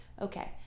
Okay